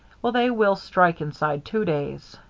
well, they will strike inside two days.